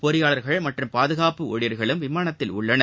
பொறியாளர்கள் மற்றும் பாதுகாப்பு ஊழியர்களும் விமானத்தில் உள்ளனர்